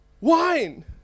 wine